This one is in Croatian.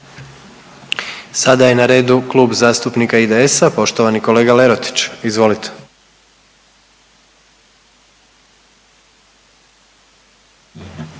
Sada je na redu Kluba zastupnika IDS-a, poštovani kolega Lerotić, izvolite.